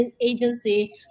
agency